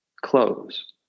close